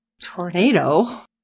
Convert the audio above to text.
tornado